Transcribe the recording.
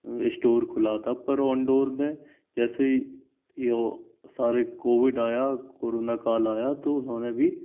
store खुला था पर ऑनडोर ने जैसे ही यो सारे कोविड आया क्रोना काल आया तो उन्होंने भी